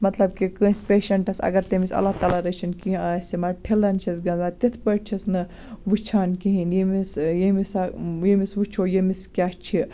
مَطلَب کہِ کٲنٛسہِ پیشَنٹَس اَگَر تمِس اللہ تعالی رٔچھِن کیٚنٛہہ آسہِ مان ٹھِلَن چھِس گِنٛدان تِتھٕ پٲٹھۍ چھِس نہٕ وُچھان کِہیٖنٛۍ ییٚمِس ییٚمِس ییٚمِس وُچھو ییٚمِس کیٛاہ چھِ